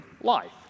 life